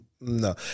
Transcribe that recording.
No